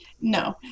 No